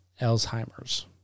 Alzheimer's